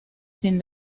sin